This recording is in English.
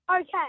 Okay